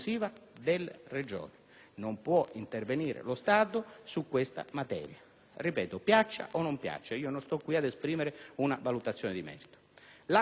Non può intervenire lo Stato su questa materia. Ripeto, piaccia o non piaccia, io non sto ad esprimere qui una valutazione di merito.